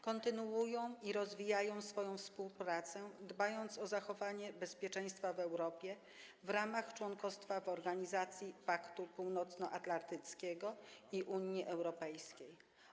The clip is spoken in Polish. Kontynuują i rozwijają swoją współpracę, dbając o zachowanie bezpieczeństwa w Europie w ramach członkostwa w Organizacji Paktu Północnoatlantyckiego i Unii Europejskiej.